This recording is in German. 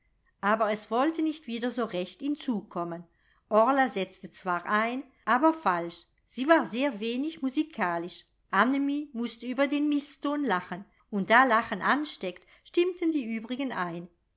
aber es wollte nicht wieder so recht in zug kommen orla setzte zwar ein aber falsch sie war sehr wenig musikalisch annemie mußte über den mißton lachen und da lachen ansteckt stimmten die übrigen ein